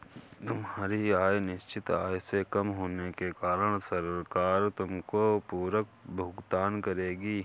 तुम्हारी आय निश्चित आय से कम होने के कारण सरकार तुमको पूरक भुगतान करेगी